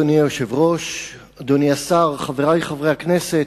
אדוני היושב-ראש, אדוני השר, חברי חברי הכנסת,